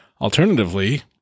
Alternatively